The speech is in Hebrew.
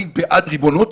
אני בעד ריבונות,